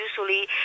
usually